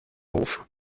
auf